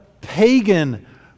pagan